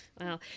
wow